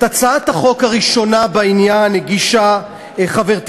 את הצעת החוק הראשונה בעניין הגישה חברתי